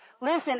Listen